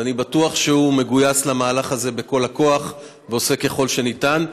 ואני בטוח שהוא מגויס למהלך הזה בכל הכוח ועושה ככל שניתן.